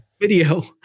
video